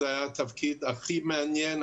זה היה התפקיד הכי מעניין,